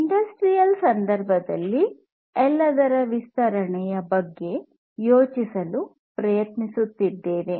industrial ಸಂದರ್ಭದಲ್ಲಿ ಎಲ್ಲದರ ವಿಸ್ತರಣೆಯ ಬಗ್ಗೆ ಯೋಚಿಸಲು ಪ್ರಯತ್ನಿಸುತ್ತಿದ್ದೇವೆ